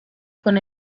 con